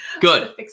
good